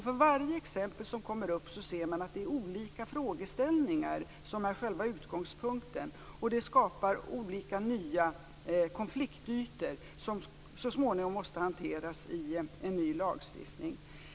För varje exempel som kommer upp ser man att det är olika frågeställningar som är själva utgångspunkten, och det skapar olika, nya konfliktytor som så småningom måste hanteras i en ny lagstiftning.